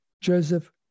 Joseph